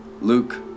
Luke